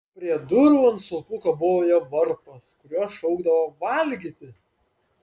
prie durų ant stulpų kabojo varpas kuriuo šaukdavo valgyti